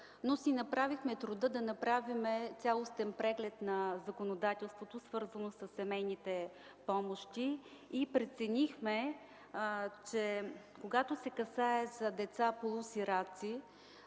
но си направихме труда да направим цялостен преглед на законодателството, свързано със семейните помощи, и преценихме, че когато се касае за деца полусираци,